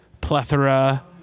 plethora